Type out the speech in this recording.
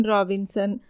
Robinson